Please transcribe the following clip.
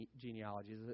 genealogies